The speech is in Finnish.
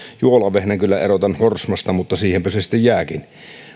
juolavehnän kyllä erotan horsmasta mutta siihenpä se sitten jääkin